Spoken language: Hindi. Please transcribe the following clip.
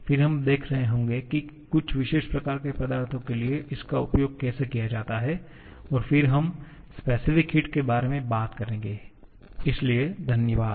फिर हम देख रहे होंगे कि कुछ विशेष प्रकार के पदार्थों के लिए इसका उपयोग कैसे किया जाता है और फिर हम स्पेसिफिक हिट के बारे में बात करेंगे इसलिए धन्यवाद